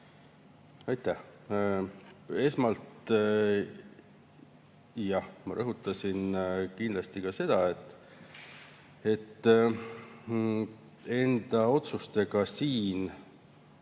Aitäh! Esmalt, jah, ma rõhutasin ka seda, et enda otsustega siin